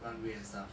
runway and stuff